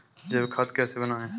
जैविक खाद कैसे बनाएँ?